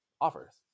offers